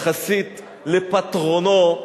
יחסית לפטרונו,